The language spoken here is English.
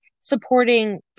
supporting